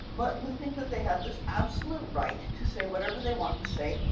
but who think that they have this absolute right to say whatever they want to say,